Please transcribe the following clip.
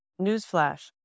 newsflash